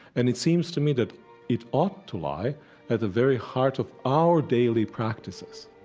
and it seems to me that it ought to lie at the very heart of our daily practices